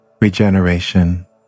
regeneration